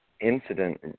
incident